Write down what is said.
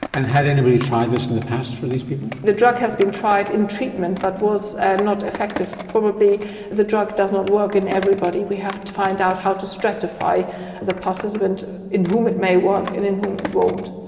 and had anybody tried this in the past for these people? the drug has been tried in treatment but was and not effective, probably the drug does not work in everybody, we have to find out how to stratify the participants in whom it may work and in whom it won't.